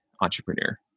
entrepreneur